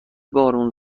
بارون